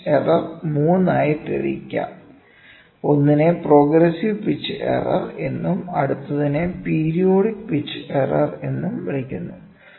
pitch error 3 ആയി തിരിക്കാം ഒന്നിനെ പ്രോഗ്രസീവ് പിച്ച് എറർ എന്നും അടുത്തതിനെ പീരിയോഡിക് പിച്ച് എറർ എന്നും വിളിക്കുന്നു